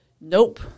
Nope